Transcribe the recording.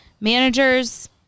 managers